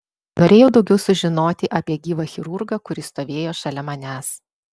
norėjau daugiau sužinoti apie gyvą chirurgą kuris stovėjo šalia manęs